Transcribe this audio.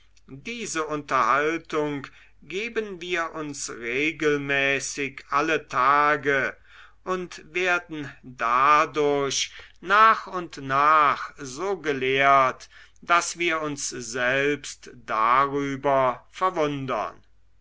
diese unterhaltung geben wir uns regelmäßig alle tage und werden dadurch nach und nach so gelehrt daß wir uns selbst darüber verwundern